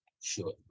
Sure